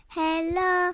hello